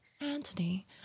Anthony